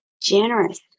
generous